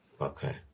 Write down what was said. Okay